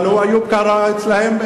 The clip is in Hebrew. אבל איוב קרא אצלם,